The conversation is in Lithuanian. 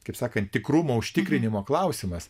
kaip sakant tikrumo užtikrinimo klausimas